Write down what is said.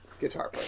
Guitar